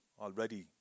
already